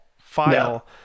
file